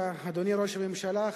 אדוני ראש הממשלה,